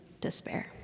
despair